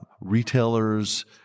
retailers